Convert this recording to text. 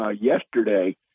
yesterday